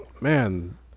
man